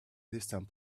distant